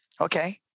Okay